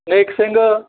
Nek Singh